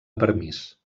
permís